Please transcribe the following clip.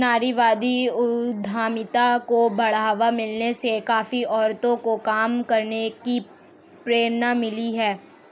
नारीवादी उद्यमिता को बढ़ावा मिलने से काफी औरतों को काम करने की प्रेरणा मिली है